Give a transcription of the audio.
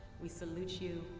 we salute you.